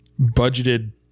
budgeted